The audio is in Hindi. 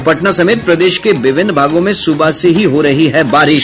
और पटना समेत प्रदेश के विभिन्न भागों में सुबह से हो रही है बारिश